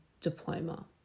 diploma